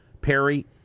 Perry